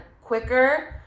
quicker